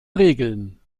regeln